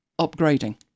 upgrading